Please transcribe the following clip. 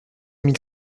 mille